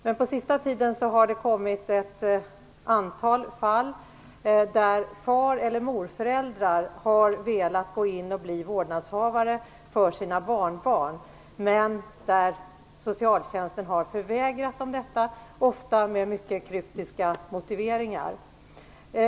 Men på sista tiden har det förekommit ett antal fall där fareller morföräldrar har velat gå in och bli vårdnadshavare för sina barnbarn men förvägrats detta av socialtjänsten, ofta med mycket kryptiska motiveringar.